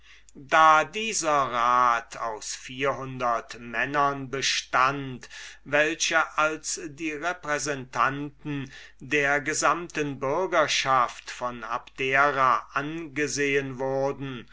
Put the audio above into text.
da dieser rat aus vierhundert männern bestund welche als die repräsentanten der gesamten bürgerschaft von abdera angesehen wurden